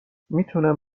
میتونم